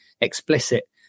explicit